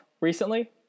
recently